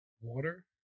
Water